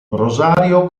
rosario